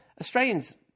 australians